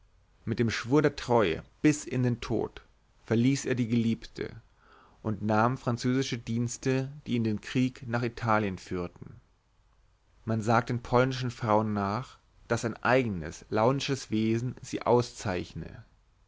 mit dem schwur der treue bis in den tod verließ er die geliebte und nahm französische dienste die ihn in den krieg nach italien führten man sagt den polnischen frauen nach daß ein eignes launisches wesen sie auszeichne